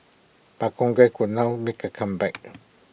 but congress could now make A comeback